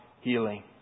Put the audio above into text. healing